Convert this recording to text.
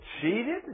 cheated